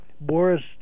Boris